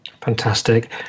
Fantastic